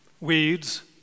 Weeds